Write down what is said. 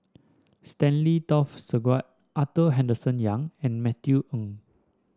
Stanley Toft Stewart Arthur Henderson Young and Matthew Ngui